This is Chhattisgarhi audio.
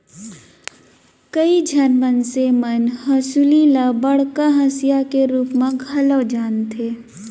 कइ झन मनसे मन हंसुली ल बड़का हँसिया के रूप म घलौ जानथें